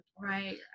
Right